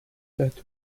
that